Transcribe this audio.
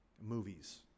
Movies